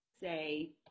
say